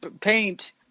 Paint